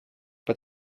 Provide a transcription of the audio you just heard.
but